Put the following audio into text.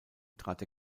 trat